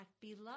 beloved